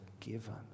forgiven